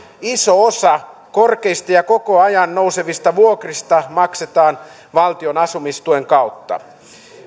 iso osa korkeista ja ja koko ajan nousevista vuokrista maksetaan valtion asumistuen kautta